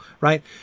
right